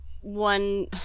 One